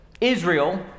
Israel